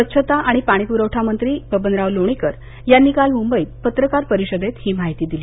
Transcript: स्वच्छता आणि पाणीप्रवठा मंत्री बबनराव लोणीकर यांनी काल मुंबईत पत्रकार परिषदेत ही माहिती दिली